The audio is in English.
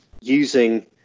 using